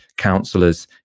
councillors